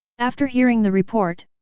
after hearing the report,